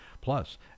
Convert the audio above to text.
Plus